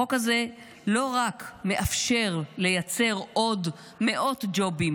החוק הזה לא רק מאפשר לייצר עוד מאות ג'ובים